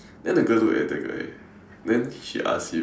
then the girl looked at the guy then she asked him